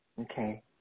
Okay